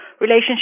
relationship